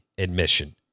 admission